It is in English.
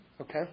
Okay